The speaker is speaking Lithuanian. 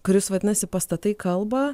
kuris vadinasi pastatai kalba